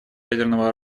ядерного